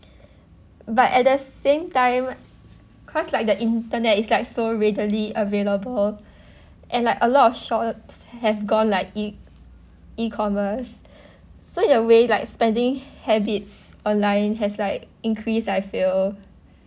but at the same time cause like the internet is like so readily available and like a lot of shops have gone like e~ e-commerce so in a way like spending habits online has like increased I feel